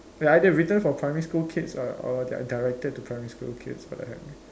they're either written for primary school kids or or they're directed to primary school kids what the heck